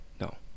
No